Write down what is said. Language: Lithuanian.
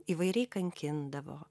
įvairiai kankindavo